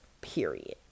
period